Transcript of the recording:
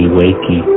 wakey